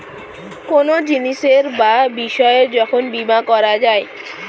কোনো জিনিসের বা বিষয়ের যখন বীমা করা যায়